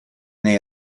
nei